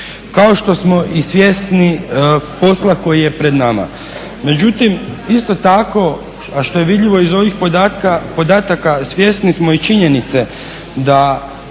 kao što smo i svjesni posla koji je pred nama. Međutim, isto tako, što je vidljivo iz ovih podataka, svjesni smo i činjenice da